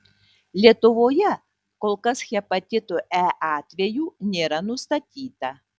lietuvoje kol kas hepatito e atvejų nėra nustatyta